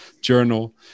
journal